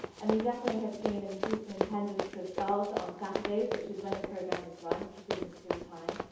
and we definitely have seen an increase in attendance of girls on saturdays, which is when the program is run, which is within the school time,